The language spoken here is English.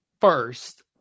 First